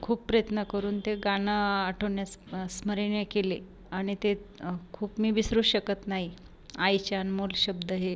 खूप प्रयत्न करून ते गाणं आठवण्यास स्मरण केले आणि ते खूप मी विसरूच शकत नाही आईचे अनमोल शब्द हे